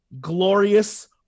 glorious